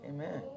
Amen